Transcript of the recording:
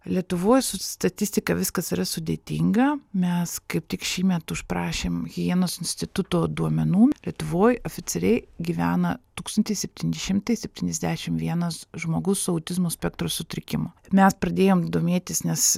lietuvoj su statistika viskas yra sudėtinga mes kaip tik šįmet užprašėm higienos instituto duomenų lietuvoj oficialiai gyvena tūkstantis septyni šimtai septyniasdešim vienas žmogus su autizmo spektro sutrikimu mes pradėjom domėtis nes